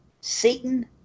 Satan